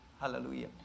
Hallelujah